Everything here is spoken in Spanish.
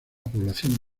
población